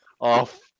off